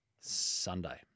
Sunday